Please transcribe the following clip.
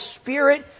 spirit